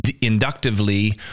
inductively